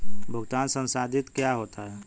भुगतान संसाधित क्या होता है?